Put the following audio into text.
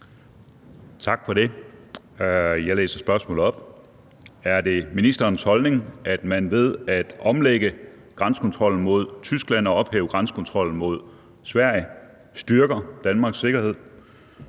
Tak for det. Jeg læser spørgsmålet op: Er det ministerens holdning, at man ved at omlægge grænsekontrollen mod Tyskland og ophæve grænsekontrollen mod Sverige styrker Danmarks sikkerhed?